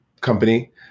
company